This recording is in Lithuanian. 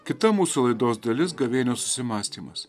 kita mūsų laidos dalis gavėnios susimąstymas